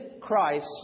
Christ